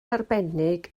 arbennig